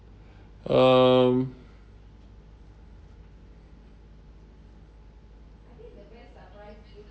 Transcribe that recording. um